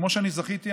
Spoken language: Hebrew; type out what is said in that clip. כמו שאני זכיתי,